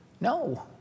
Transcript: No